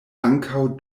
ankaŭ